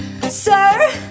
Sir